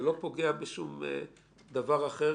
זה לא פוגע בשום דבר אחר